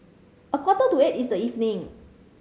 a quarter to eight in the evening